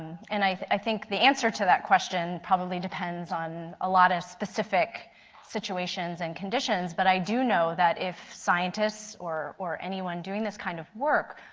and i think the answer to that question, probably depends on a lot of specific situations and conditions, but i do know that if scientists or or anyone doing this kind of work,